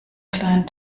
kleinen